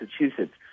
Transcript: Massachusetts